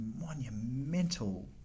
monumental